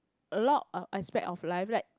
a lot of aspect of life like